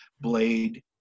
Blade